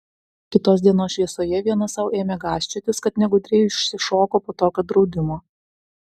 kitos dienos šviesoje viena sau ėmė gąsčiotis kad negudriai išsišoko po tokio draudimo